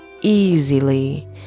easily